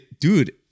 Dude